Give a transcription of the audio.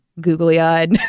googly-eyed